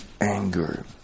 anger